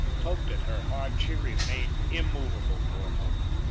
tugged at her heart, she remained immovable for a moment,